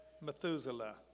Methuselah